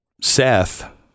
Seth